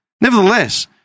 nevertheless